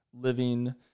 living